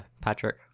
Patrick